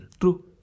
True